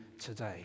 today